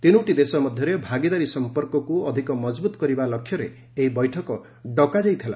ତିନୋଟି ଦେଶ ମଧ୍ୟରେ ଭାଗିଦାରୀ ସମ୍ପର୍କକୁ ମଜବୁତ୍ କରିବା ଲକ୍ଷ୍ୟରେ ଏହି ବୈଠକ ଡକାଯାଇଥିଲା